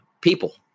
people